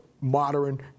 modern